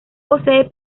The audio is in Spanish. posee